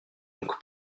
donc